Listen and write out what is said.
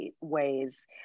ways